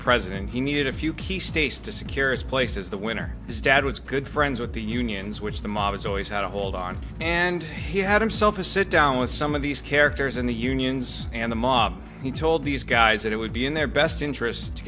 president he needed a few key states to secure his place as the winner his dad was good friends with the unions which the mob was always had a hold on and he had himself to sit down with some of these characters and the unions and the mob he told these guys that it would be in their best interest to